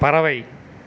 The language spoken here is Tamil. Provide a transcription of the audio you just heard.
பறவை